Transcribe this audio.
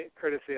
Courtesy